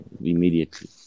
immediately